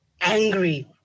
angry